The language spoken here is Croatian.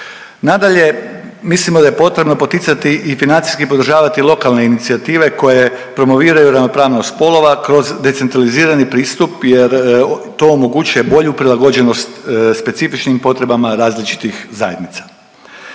Nadalje, mislimo je potrebno poticati i financijski podržavati lokalne inicijative koje promoviraju ravnopravnost spolova kroz decentralizirani pristup jer to omogućuje bolju prilagođenost specifičnim potrebama različitih zajednica.